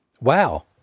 Wow